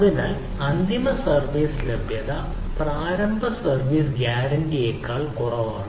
അതിനാൽ അന്തിമ സർവീസ് ലഭ്യത പ്രാരംഭ സർവീസ് ഗ്യാരണ്ടിയേക്കാൾ കുറവാണ്